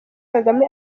kagame